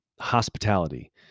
Hospitality